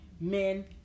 men